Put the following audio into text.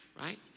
right